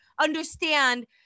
understand